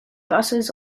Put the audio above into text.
buses